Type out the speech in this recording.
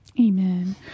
Amen